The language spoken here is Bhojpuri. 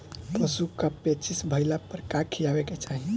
पशु क पेचिश भईला पर का खियावे के चाहीं?